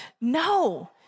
No